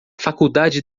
faculdade